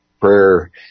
prayer